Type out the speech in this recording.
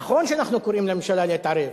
נכון שאנחנו קוראים לממשלה להתערב,